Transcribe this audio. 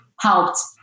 helped